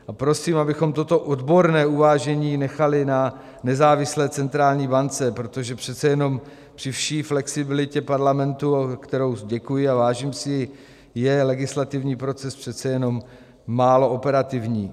A prosím, abychom toto odborné uvážení nechali na nezávislé centrální bance, protože přece jenom při vší flexibilitě Parlamentu, za kterou děkuji a vážím si jí, je legislativní proces přece jenom málo operativní.